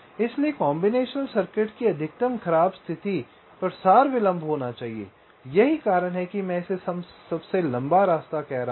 इसलिए combination circuit की अधिकतम खराब स्थिति प्रसार विलंब होना चाहिए यही कारण है कि मैं इसे सबसे लंबा रास्ता कह रहा हूं